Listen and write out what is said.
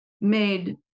made